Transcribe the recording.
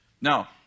Now